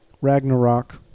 Ragnarok